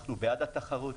אנחנו בעד התחרות,